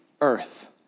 earth